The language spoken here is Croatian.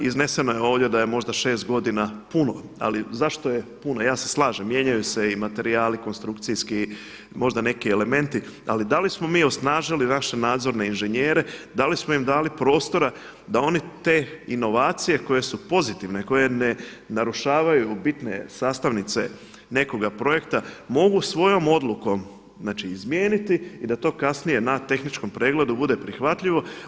Izneseno je ovdje da je možda šest godina puno, ali zašto je puno, ja se slažem mijenjaju se i materijali konstrukciji, možda neki elementi, ali da li smo mi osnažili naše nadzorne inženjere, da li smo im dali prostora da oni te inovacije koje su pozitivne, koje ne narušavaju bitne sastavnice nekoga projekta mogu svojom odlukom izmijeniti i da to kasnije na tehničkom pregledu bude prihvatljivo.